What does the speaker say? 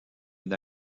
une